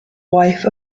wife